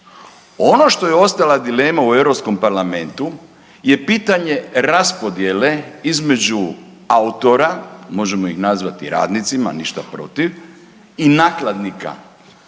Ono što je ostala dilema u EU parlamentu je pitanje raspodijele između autora, možemo ih nazvati radnicima, ništa protiv i nakladnika.